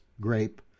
grape